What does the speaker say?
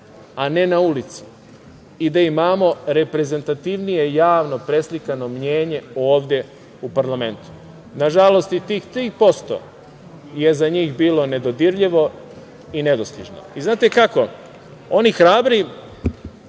a ne na ulici i da imamo reprezentativnije javno preslikano mnjenje ovde u parlamentu. Nažalost, i tih 3% je za njih bilo nedodirljivo i nedostižno. Znate kako, oni hrabri